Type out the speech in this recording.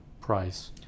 price